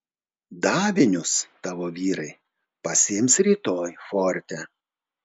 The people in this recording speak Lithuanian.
davinius tavo vyrai pasiims rytoj forte